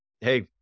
hey